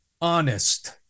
honest